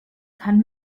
kann